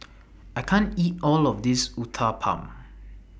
I can't eat All of This Uthapam